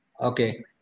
okay